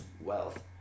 wealth